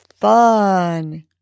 fun